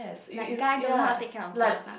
like guy don't know how to take care of girls ah